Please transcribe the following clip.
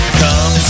come